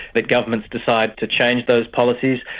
that governments decide to change those policies.